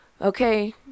okay